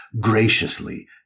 graciously